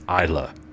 Isla